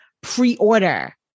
pre-order